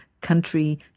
country